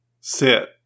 sit